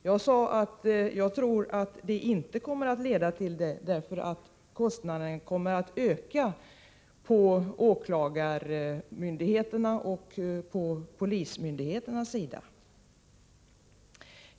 Jag sade att jag inte tror att förslaget kommer att leda till besparingar, därför att kostnaderna kommer att öka hos åklagarmyndigheterna och polismyndigheterna.